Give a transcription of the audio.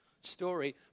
story